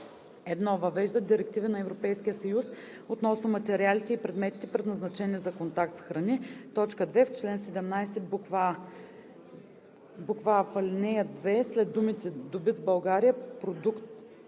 „1. въвеждат директиви на Европейския съюз относно материалите и предметите, предназначени за контакт с храни;“. 2. В чл. 17: а) в ал. 2 след думите „Добит в България“/„Продукт